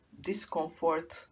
discomfort